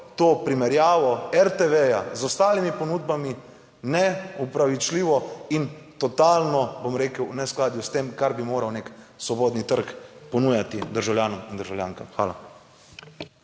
primerjavo RTV z ostalimi ponudbami. Neopravičljivo in totalno bom rekel v neskladju s tem, kar bi moral nek svobodni trg ponujati državljanom in državljankam. Hvala.